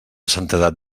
santedat